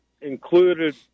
included